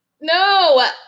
No